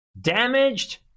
Damaged